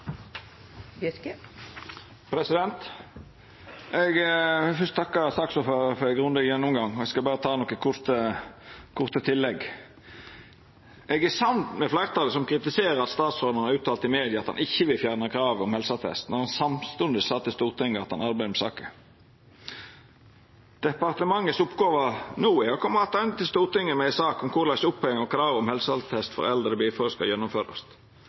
Eg vil fyrst takka saksordføraren for ein grundig gjennomgang. Eg skal berre ta nokre korte tillegg. Eg er samd med fleirtalet som kritiserer at statsråden har uttalt i media at han ikkje vil fjerna kravet om helseattest, når han samstundes sa til Stortinget at han arbeidde med saka. No er oppgåva til departementet å koma attende til Stortinget med ei sak om korleis oppheving og krav om helseattest for eldre bilførarar skal gjennomførast.